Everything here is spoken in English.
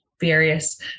various